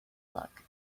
luck